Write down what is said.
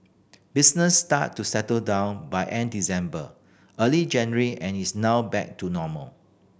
business started to settle down by end December early January and is now back to normal